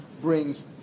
brings